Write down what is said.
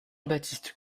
baptiste